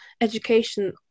education